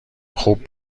خوب